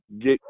get